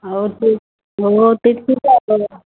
अहो तेच हो तेच